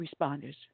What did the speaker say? responders